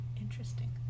Interesting